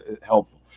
helpful